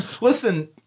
Listen